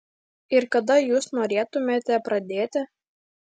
ir kada jūs norėtumėte pradėti